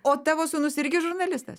o tavo sūnus irgi žurnalistas